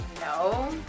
No